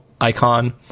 icon